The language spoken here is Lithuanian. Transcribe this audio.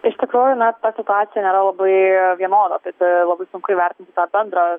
ištikrųjų na ta situacija nėra labai vienoda tad labai sunku įvertinti tą bendrą